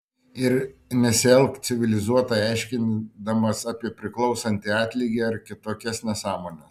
ir nesielk civilizuotai aiškindamas apie priklausantį atlygį ar kitokias nesąmones